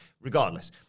Regardless